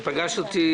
פגש אותי